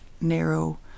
narrow